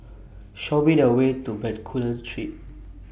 Show Me The Way to Bencoolen Street